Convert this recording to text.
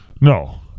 No